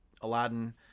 aladdin